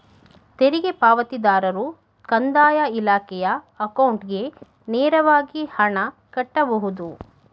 ತೆರಿಗೆ ಪಾವತಿದಾರರು ಕಂದಾಯ ಇಲಾಖೆಯ ಅಕೌಂಟ್ಗೆ ನೇರವಾಗಿ ಹಣ ಕಟ್ಟಬಹುದು